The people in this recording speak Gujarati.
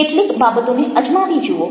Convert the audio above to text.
કેટલીક બાબતોને અજમાવી જુઓ